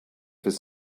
his